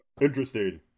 Interesting